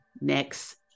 next